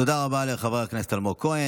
תודה לחבר הכנסת אלמוג כהן.